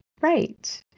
Right